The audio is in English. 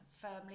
firmly